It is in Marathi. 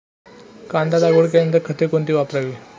कांदा लागवड केल्यावर खते कोणती वापरावी?